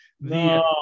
No